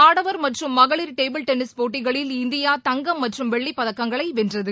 ஆடவா் மற்றும் மகளில் டேபிள் டென்னிஸ் போட்டிகளில் இந்தியா தங்கம் மற்றும் வெள்ளிப்பதக்கங்களை வென்றது